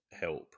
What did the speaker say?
help